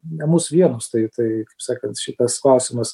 ne mus vienus tai tai kaip sakant šitas klausimas